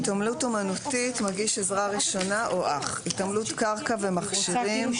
התעמלות אומנותית + התעמלות קרקע ומכשירים +